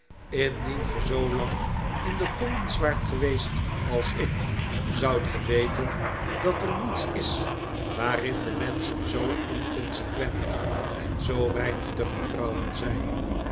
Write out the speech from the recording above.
indien ge zoo lang in de commons waart geweest als ik zoudt ge weten dat er niets is waarin de menschen zoo inconsequent en zoo weinig te vertrouwen zijn